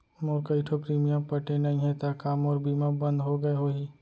मोर कई ठो प्रीमियम पटे नई हे ता का मोर बीमा बंद हो गए होही?